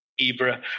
Ibra